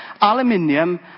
Aluminium